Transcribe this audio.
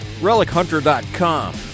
relichunter.com